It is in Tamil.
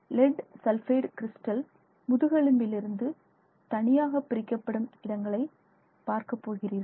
லெட் சல்பைடு கிறிஸ்டல் முதுகெலும்பிலிருந்து தனியாக பிரிக்கப்படும் இடங்களை பார்க்க போகிறீர்கள்